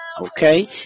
Okay